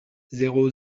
zéro